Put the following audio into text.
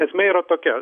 esmė yra tokia